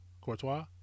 Courtois